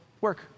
work